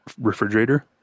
refrigerator